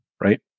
right